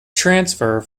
transfer